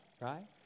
right